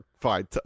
Fine